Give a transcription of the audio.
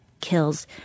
kills